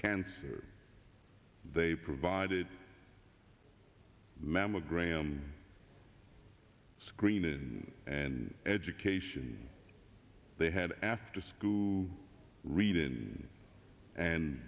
cancer they provided mammogram screening and education they had after school who read in and